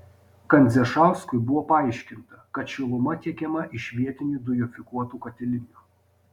kandzežauskui buvo paaiškinta kad šiluma tiekiama iš vietinių dujofikuotų katilinių